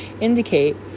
indicate